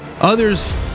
Others